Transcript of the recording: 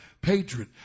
patron